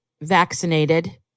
vaccinated